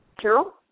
Carol